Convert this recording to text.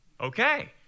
okay